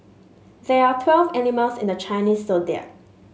there are twelve animals in the Chinese Zodiac